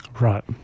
right